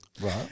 Right